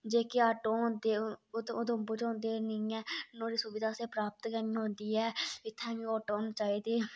जेह्के आटो होंदे ओह् ते उधमपुर पजोंदे निं ऐ नोह्ड़ी सुभिदा असें प्रापत गै निं होंदी ऐ इत्थें बी आटो होने चाहीदे